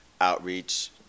outreach